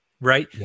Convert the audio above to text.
right